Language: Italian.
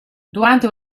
durante